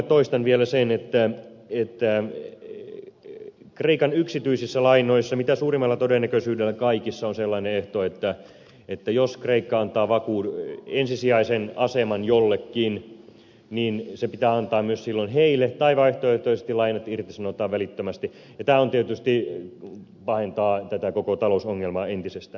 toistan vielä sen että kreikan yksityisissä lainoissa mitä suurimmalla todennäköisyydellä kaikissa on sellainen ehto että jos kreikka antaa ensisijaisen aseman jollekin niin se pitää silloin antaa myös heille tai vaihtoehtoisesti lainat irtisanotaan välittömästi ja tämä tietysti pahentaa koko tätä talousongelmaa entisestään